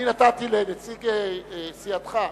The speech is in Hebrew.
אני נתתי לנציג סיעתך.